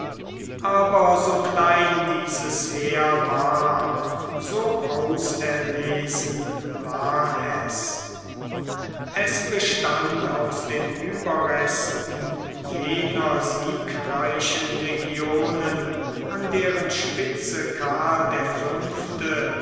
aber so klein dieses heer war so auserlesen war es es bestand aus den ueberresten jener siegreichen legionen an deren spitze karl der fünfte